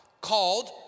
called